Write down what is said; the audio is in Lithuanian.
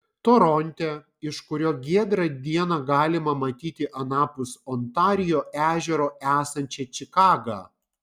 toronte iš kurio giedrą dieną galima matyti anapus ontarijo ežero esančią čikagą